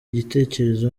igitekerezo